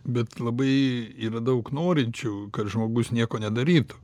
bet labai yra daug norinčių kad žmogus nieko nedarytų